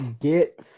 get